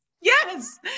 yes